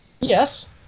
Yes